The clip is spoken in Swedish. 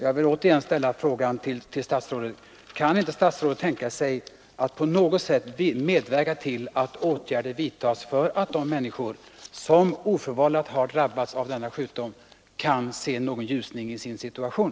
Jag vill åter ställa frågan till statsrådet: Kan inte statsrådet tänka sig att på något sätt medverka till att åtgärder vidtas för att de människor som oförvållat har drabbats av denna sjukdom skall få någon ljusning i sin situation?